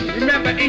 remember